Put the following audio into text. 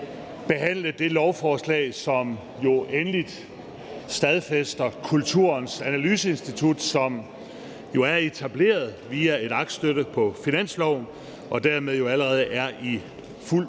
behandle det lovforslag, som endeligt stadfæster Kulturens Analyseinstitut, som jo er etableret via et aktstykke på finansloven og dermed allerede er i fuld